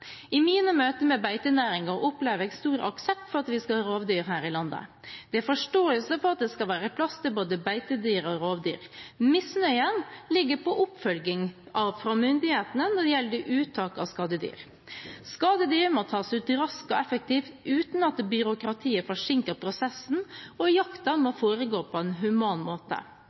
I mine møter med beitenæringen opplever jeg stor aksept for at vi skal ha rovdyr her i landet. Det er forståelse for at det skal være plass til både beitedyr og rovdyr. Misnøyen ligger på oppfølgingen fra myndighetene når det gjelder uttak av skadedyr. Skadedyr må tas ut raskt og effektivt uten at byråkratiet forsinker prosessen, og jakten må foregå på en human måte.